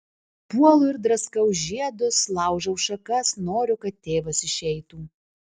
puolu ir draskau žiedus laužau šakas noriu kad tėvas išeitų